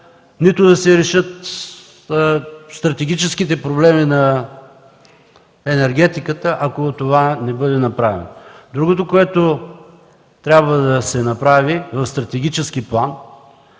нито да се решат стратегическите проблеми на енергетиката, ако това не бъде направено. Другото, което трябва да се направи в стратегически план,